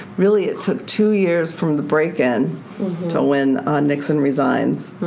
really, it took two years from the break-in til when nixon resigns.